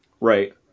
Right